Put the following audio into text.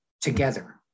together